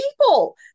people